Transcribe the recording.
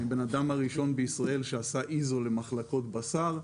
אני האדם הראשון בישראל שעשה ISO למחלקות בשר.